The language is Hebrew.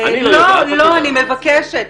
הדס, אני מבקשת.